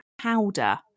powder